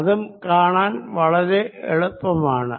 അതും കാണാൻ വളരെ എളുപ്പമാണ്